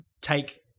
take